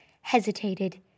hesitated